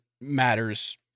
matters